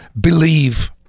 believe